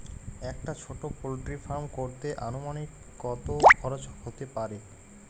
একটা ছোটো poultry farm করতে আনুমানিক কত খরচ কত হতে পারে?